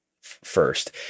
first